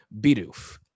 Bidoof